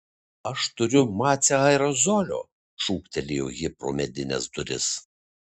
aš turiu mace aerozolio šūktelėjo ji pro medines duris